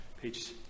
page